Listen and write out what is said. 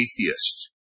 atheists